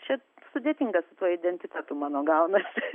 čia sudėtinga su tuo identitetu mano gaunasi